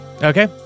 Okay